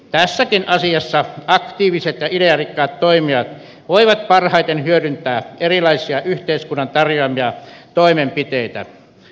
tässäkin asiassa aktiiviset ja idearikkaat toimijat voivat parhaiten hyödyntää erilaisia yhteiskunnan tarjoamia toimenpiteitä